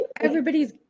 everybody's